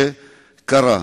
קרה?